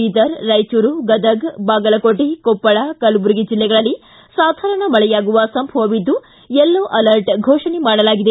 ಬೀದರ್ ರಾಯಚೂರು ಗದಗ ಬಾಗಲಕೋಟೆ ಕೊಪ್ಪಳ ಕಲ್ಬರ್ಗಿ ಜಿಲ್ಲೆಗಳಲ್ಲಿ ಸಾಧಾರಣ ಮಳೆಯಾಗುವ ಸಂಭವವಿದ್ದು ಯೆಲ್ಲೋ ಆಲರ್ಟ್ ಫೋಷಣೆ ಮಾಡಲಾಗಿದೆ